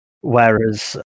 Whereas